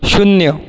शून्य